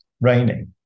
raining